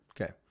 Okay